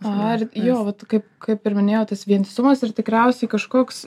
aha ir jo vat kaip kaip ir minėjau tas vientisumas ir tikriausiai kažkoks